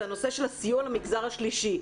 זה הנושא של הסיוע למגזר השלישי.